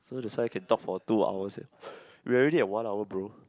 so that's why can talk for two hours eh we already at one hour bro